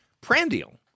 Prandial